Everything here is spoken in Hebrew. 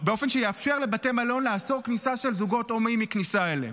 באופן שיאפשר לבתי מלון לאסור כניסה של זוגות הומואים מכניסה אליהם.